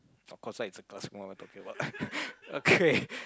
of course ah the class small so like what you talking about okay